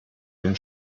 den